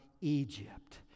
Egypt